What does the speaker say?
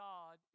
God